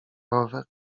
rower